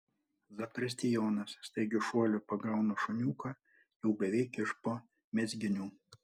zakristijonas staigiu šuoliu pagauna šuniuką jau beveik iš po mezginių